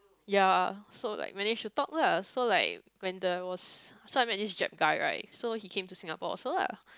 ya so like manage to talk lah so like when there was so I met this jap guy right so he came to Singapore also lah